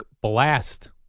blast